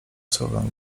słowem